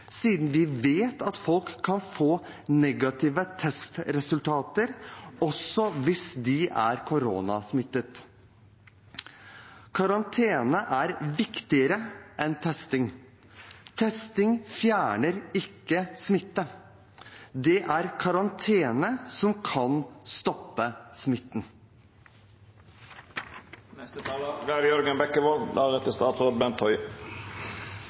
siden vi vet at folk kan få negative testresultater, også hvis de er koronasmittet. Karatene er viktigere enn testing. Testing fjerner ikke smitte. Det er karantene som kan stoppe smitten.